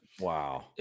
Wow